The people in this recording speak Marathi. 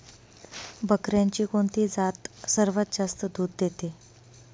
बकऱ्यांची कोणती जात सर्वात जास्त दूध देते?